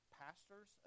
pastors